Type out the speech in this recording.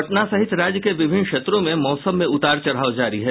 पटना सहित राज्य के विभिन्न क्षेत्रों में मौसम में उतार चढ़ाव जारी है